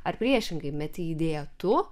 ar priešingai meti idėją tu